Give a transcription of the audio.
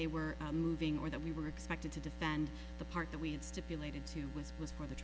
they were moving or that we were expected to defend the part that we'd stipulated to was was for the